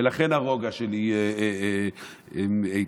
ולכן הרוגע שלי, איתן,